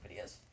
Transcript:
videos